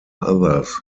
others